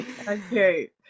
okay